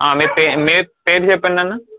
మీ పేరు మీ పేరు చెప్పండి అన్నా